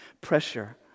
pressure